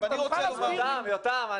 --- יותם,